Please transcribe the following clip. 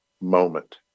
moment